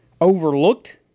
overlooked